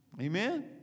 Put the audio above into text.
Amen